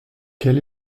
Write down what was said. quel